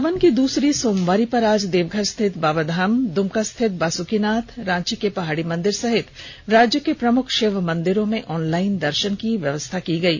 सावन की दूसरी सोमवारी पर आज देवघर स्थित बाबाधाम दुमका स्थित बासुकीनाथ रांची पहाड़ी मंदिर सहित राज्य के प्रमुख शिव मंदिरों में ऑनलाइन दर्शन की व्यवस्था की गयी